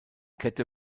kette